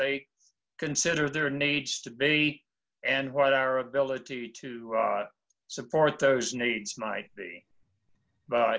they consider there needs to be and what our ability to support those needs might be but